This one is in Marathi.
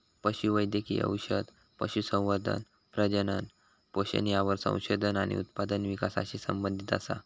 पशु वैद्यकिय औषध, पशुसंवर्धन, प्रजनन, पोषण यावर संशोधन आणि उत्पादन विकासाशी संबंधीत असा